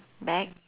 bag